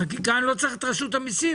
חקיקה אני לא צריך את רשות המיסים,